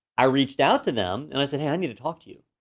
i reached out to them, and i said hey, i need to talk to you.